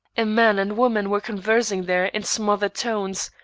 a man and woman were conversing there in smothered tones,